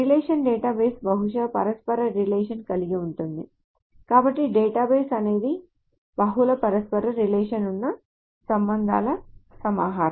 relational database బహుళ పరస్పర relation కలిగి ఉంటుంది కాబట్టి డేటాబేస్ అనేది బహుళ పరస్పర రిలేషన్ ఉన్న సంబంధాల సమాహారం